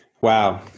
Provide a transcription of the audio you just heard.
Wow